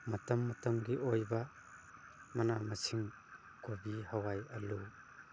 ꯃꯇꯝ ꯃꯇꯝꯒꯤ ꯑꯣꯏꯕ ꯃꯅꯥ ꯃꯁꯤꯡ ꯀꯣꯕꯤ ꯍꯋꯥꯏ ꯑꯥꯜꯂꯨ